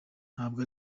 ntabwo